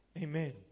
Amen